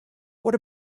what